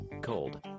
Cold